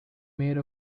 made